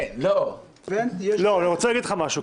אני רוצה להגיד לך משהו.